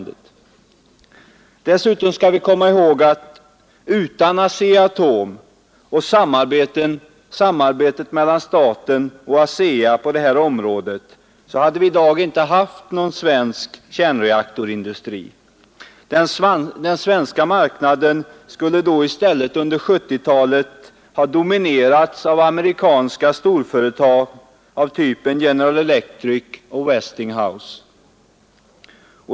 Dessutom skall vi komma ihåg att utan ASEA-Atom och samarbetet mellan staten och ASEA på detta område hade vi i dag inte haft någon svensk kärnreaktorindustri. Den svenska marknaden skulle då i stället under 1970-talet ha dominerats av amerikanska storföretag av typen General Electric och Westinghouse.